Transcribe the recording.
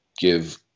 give